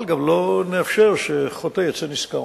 אבל גם לא נאפשר שחוטא יצא נשכר.